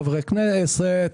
חברי כנסת,